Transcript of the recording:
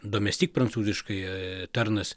domestik prancūziškai tarnas